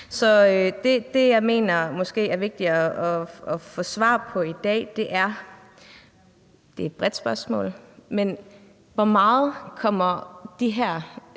Så det, jeg mener måske er vigtigt at få svar på i dag, er – og det er et bredt spørgsmål: Hvor meget kommer de her